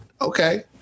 okay